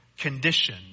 condition